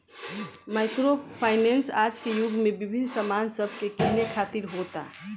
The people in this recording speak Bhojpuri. माइक्रो फाइनेंस आज के युग में विभिन्न सामान सब के किने खातिर होता